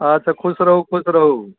अच्छा खुश रहू खुश रहू